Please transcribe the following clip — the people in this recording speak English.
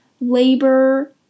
labor